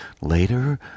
later